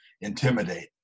intimidate